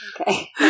Okay